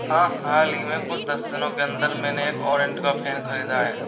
हां हाल ही में कुछ दस दिनों के अंदर मैंने एक ओरएंट का फैन खरीदा है